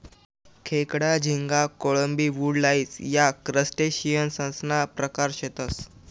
खेकडा, झिंगा, कोळंबी, वुडलाइस या क्रस्टेशियंससना प्रकार शेतसं